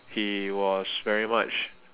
he was very much